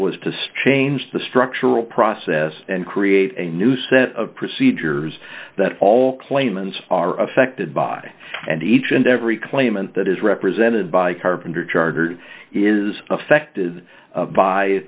was to strange the structural process and create a new set of procedures that all claimants are affected by and each and every claimant that is represented by carpenter chartered is affected by